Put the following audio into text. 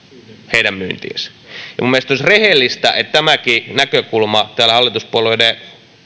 heidän myyntiinsä ja minun mielestäni olisi rehellistä että tämäkin näkökulma täällä hallituspuolueiden